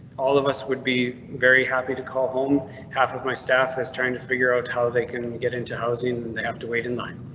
all of us would be very happy to call home half of my staff is trying to figure out how they can get into housing and they have to wait in line.